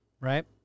right